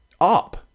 up